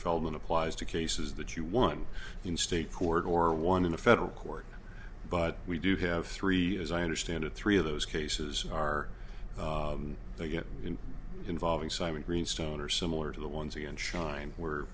feldman applies to cases that you won in state court or won in a federal court but we do have three as i understand it three of those cases are they get in involving simon greenstone or similar to the ones in shine were